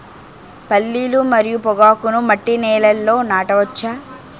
పల్లీలు మరియు పొగాకును మట్టి నేలల్లో నాట వచ్చా?